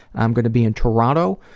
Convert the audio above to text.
i'm going to be and toronto.